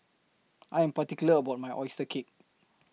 I Am particular about My Oyster Cake